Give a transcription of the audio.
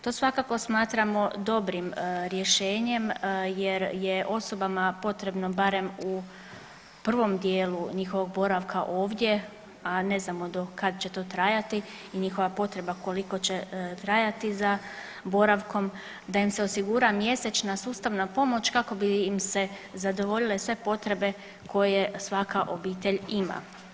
To svakako smatramo dobrim rješenjem jer je osobama potrebno barem u prvom dijelu njihova boravka ovdje, a ne znamo do kad će to trajati i njihova potreba koliko će trajati za boravkom da im se osigura mjesečna sustavna pomoć kako bih im se zadovoljile sve potrebe koje svaka obitelj ima.